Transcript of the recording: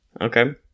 Okay